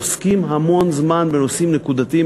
עוסקים המון זמן בנושאים נקודתיים,